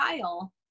Kyle